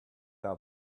out